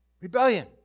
Rebellion